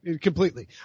completely